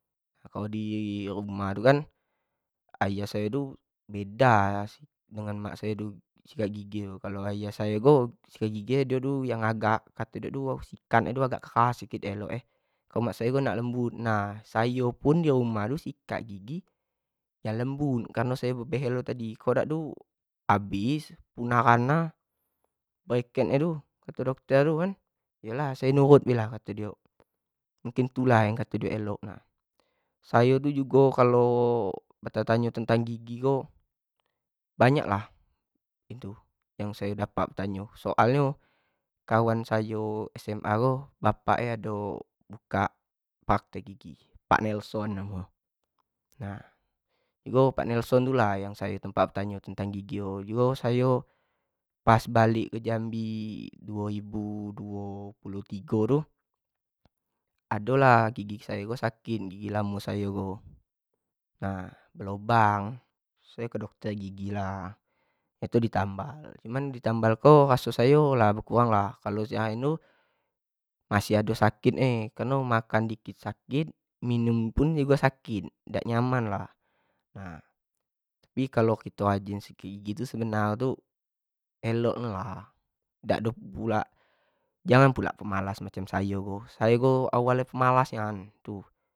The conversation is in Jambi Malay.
Kalo di rumah tu kan ayah sayo tu beda sikat gigi dengan mak sayo tu sikat gigi nyo, kalo ayah sayo tu sikat gigi tu yang agak keras elok e kalo mak sayo ko nak lembut, nah sayo pun di rumah tu sikat gigi nak lembut, kareno sayo bebehl tadi tu kalua dak tu habis, una rana bracket nyo tu kato dokter tu kan, sayo nurut lah kato dio, mungkin itu lah kato dio elok, nah sayo tu jugo kalo betanyo-tanyo tentang gigi ko banyak lah itu yang syo dapat betanyo soal nyo kawan sayo SMA ko, bapak nyo ado bukak praktek gigi, pak nelson namo nyo, jadi pak nelson lah tempat sayo betanyo tentang gigi, di sayo pas balek kejambi 2023 tu ado lah gigi sayo sakit gigi lamo sayo ko belubang, sayo ke okter gigi lah, sayo di tambal, sayo raso sayo di tambal raso sayo ado lah bekurang lah, kalo yang lain tu masih ado sakit e, akreno lah di makansaki minum pun sakit, dak nyaman lah, tapi kalu kito ajin raso sakit gigi tu elok lah janganlah pemals macam sayo, awal nyo sayo ko pemalas nian.